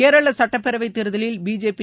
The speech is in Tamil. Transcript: கேரளசட்டப்பேரவைத் தேர்தலில் பிஜேபி